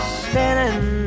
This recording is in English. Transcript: spinning